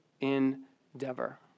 endeavor